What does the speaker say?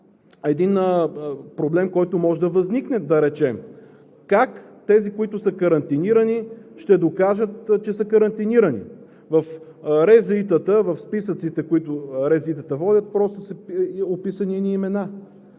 Един проблем, който може да възникне – как тези, които са карантинирани, ще докажат, че са карантинирани? В РЗИ-тата, в списъците, които РЗИ-тата водят, просто са описани едни имена.